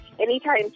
anytime